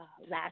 last